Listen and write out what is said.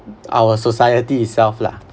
our society itself lah